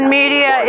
media